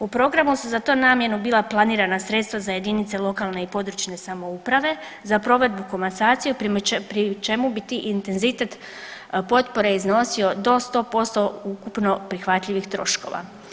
U programu su za tu namjenu bila namijenjena sredstva za jedinice lokalne i područne samouprave, za provedbu komasacije pri čemu bi taj intenzitet potpore iznosio do sto posto ukupno prihvatljivih troškova.